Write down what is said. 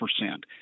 percent